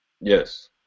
Yes